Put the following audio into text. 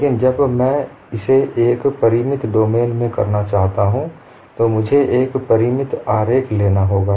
लेकिन जब मैं इसे एक परिमित डोमेन में करना चाहता हूं तो मुझे एक परिमित आरेख लेना होगा